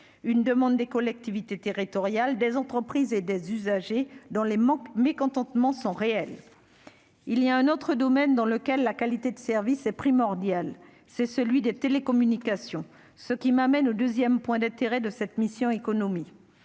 une demande des collectivités territoriales, des entreprises et des usagers dans les manques mécontentements sont réels, il y a un autre domaine dans lequel la qualité de service est primordial, c'est celui des télécommunications, ce qui m'amène au 2ème, point d'intérêt de cette mission Économie